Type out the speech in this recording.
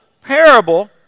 parable